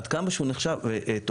עד כמה שהוא נחשב תוכנית,